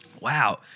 Wow